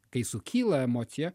kai sukyla emocija